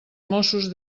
mossos